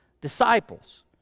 disciples